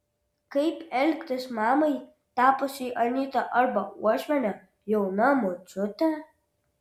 kaip elgtis mamai tapusiai anyta arba uošviene jauna močiute